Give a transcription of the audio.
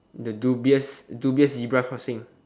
the dubious dubious zebra crossing